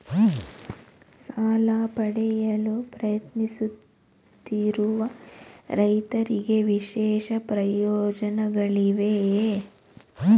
ಸಾಲ ಪಡೆಯಲು ಪ್ರಯತ್ನಿಸುತ್ತಿರುವ ರೈತರಿಗೆ ವಿಶೇಷ ಪ್ರಯೋಜನಗಳಿವೆಯೇ?